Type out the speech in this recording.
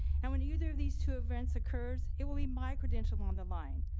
and when either of these two events occurs it will be my credential on the line.